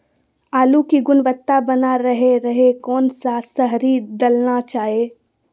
आलू की गुनबता बना रहे रहे कौन सा शहरी दलना चाये?